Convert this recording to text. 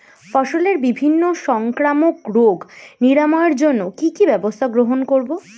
ফসলের বিভিন্ন সংক্রামক রোগ নিরাময়ের জন্য কি কি ব্যবস্থা গ্রহণ করব?